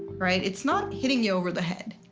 right? it's not hitting you over the head.